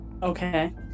Okay